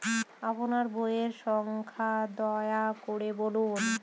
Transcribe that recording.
আপনার বইয়ের সংখ্যা দয়া করে বলুন?